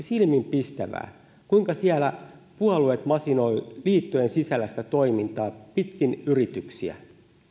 silmiinpistävää kuinka siellä puolueet masinoivat liittojen sisällä sitä toimintaa pitkin yrityksiä